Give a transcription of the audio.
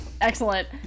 excellent